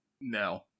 No